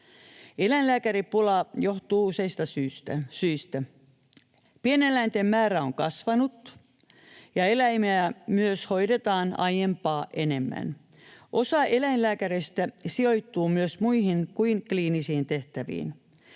Eläinlääkäripula johtuu useista syistä. Pieneläinten määrä on kasvanut, ja eläimiä myös hoidetaan aiempaa enemmän. Osa eläinlääkäreistä sijoittuu myös muihin kuin kliinisiin tehtäviin.